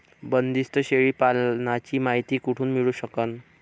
बंदीस्त शेळी पालनाची मायती कुठून मिळू सकन?